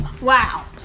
Wow